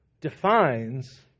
defines